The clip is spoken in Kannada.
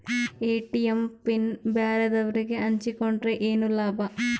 ಎ.ಟಿ.ಎಂ ಪಿನ್ ಬ್ಯಾರೆದವರಗೆ ಹಂಚಿಕೊಂಡರೆ ಏನು ಲಾಭ?